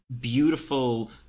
beautiful